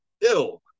ill